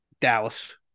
Dallas